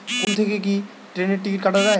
Phone থেকে কি ট্রেনের টিকিট কাটা য়ায়?